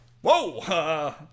Whoa